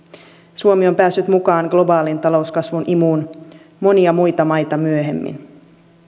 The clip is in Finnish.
suomi on päässyt mukaan globaalin talouskasvun imuun monia muita maita myöhemmin